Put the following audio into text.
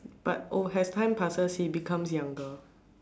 but oh as time passes he become younger